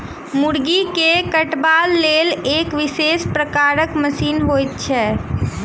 मुर्गी के कटबाक लेल एक विशेष प्रकारक मशीन होइत छै